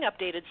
updated